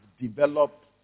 developed